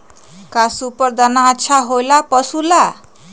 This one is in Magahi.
का सुपर दाना अच्छा हो ला पशु ला?